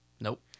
Nope